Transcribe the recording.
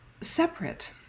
separate